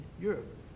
Europe